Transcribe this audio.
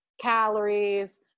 calories